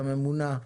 הממונה,